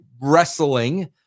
wrestling